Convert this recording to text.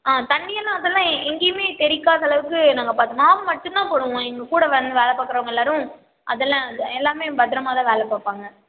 ஆ தண்ணியெல்லாம் அதலாம் எங்கேயுமே தெறிக்காத அளவுக்கு நாங்கள் பார்த்துப்போம் மாப் மட்டும் தான் போடுவோம் எங்கள் கூட வந்து வேலை பார்க்குறவங்க எல்லோரும் அதலாம் எல்லாமே பத்திரமா தான் வேலை பார்ப்பாங்க